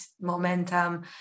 momentum